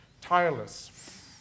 tireless